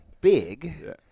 big